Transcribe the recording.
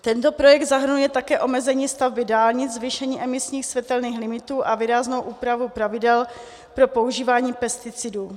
Tento projekt zahrnuje také omezení stavby dálnic, zvýšení emisních, světelných limitů a výraznou úpravu pravidel pro používání pesticidů.